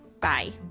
bye